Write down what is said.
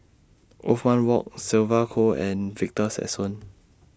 Othman Wok Sylvia Kho and Victor Sassoon